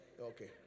Okay